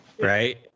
right